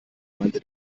meinte